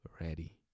ready